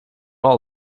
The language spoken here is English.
all